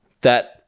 That-